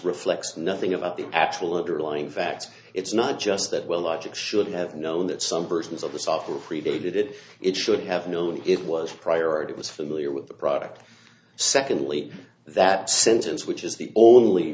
reflects nothing about the actual underlying facts it's not just that well logic should have known that some persons of the software predated it it should have known it was prior it was familiar with the product secondly that sentence which is the only